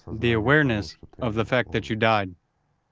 the awareness of the fact that you died.